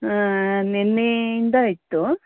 ಹಾಂ ನಿನ್ನೆಯಿಂದ ಇತ್ತು